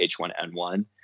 H1N1